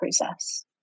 process